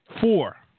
four